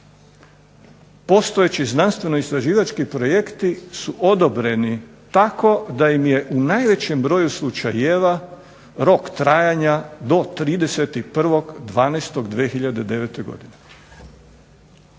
postojeći znanstveno-istraživački projekti su odobreni tako da im je u najvećem broju slučajeva rok trajanja do 31.12.2009. godine.